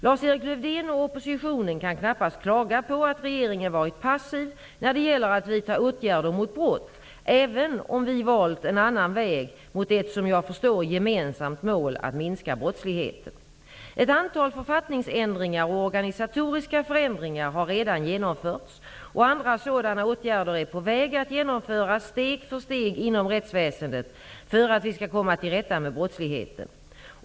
Lars-Erik Lövdén och oppositionen kan knappast klaga på att regeringen har varit passiv när det gäller att vidta åtgärder mot brott, även om vi valt en annan väg mot ett som jag förstår gemensamt mål att minska brottsligheten. Ett antal författningsändringar och organisatoriska förändringar har redan genomförts, och andra sådana åtgärder är på väg att genomföras steg för steg inom rättsväsendet för att vi skall komma till rätta med brottsligheten.